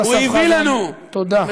הוא הביא לנו, תודה, חבר הכנסת אסף חזן, תודה.